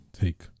take